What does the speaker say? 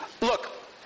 Look